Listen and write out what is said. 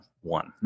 one